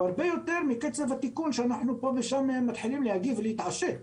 הרבה יותר מקצב התיקון שאנחנו פה ושם מתחילים להגיב ולהתעשת.